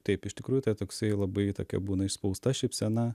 taip iš tikrųjų tai toksai labai tokia būna išspausta šypsena